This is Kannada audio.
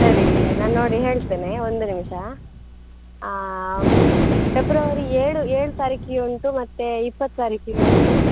ಸರಿ ನಾನು ನೋಡಿ ಹೇಳ್ತೇನೆ ಒಂದು ನಿಮಿಷ ಫೆಬ್ರವರಿ ಏಳು ಏಳು ತಾರೀಕಿಗೆ ಉಂಟು ಮತ್ತು ಇಪ್ಪತ್ತು ತಾರೀಕಿಗೆ ಉಂಟು